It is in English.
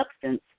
substance